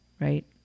right